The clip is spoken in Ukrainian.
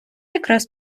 якраз